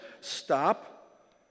Stop